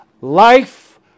life